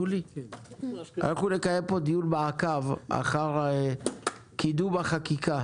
נקיים דיון מעקב אחר קידום החקיקה